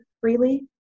freely